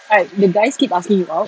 right the guys keep asking you out